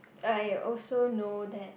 I also know that